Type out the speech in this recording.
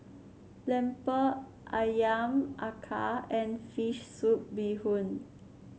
lemper ayam acar and fish soup Bee Hoon